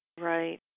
Right